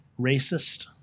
racist